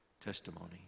testimony